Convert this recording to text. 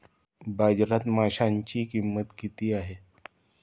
बाजारात माशांची किंमत किती असते?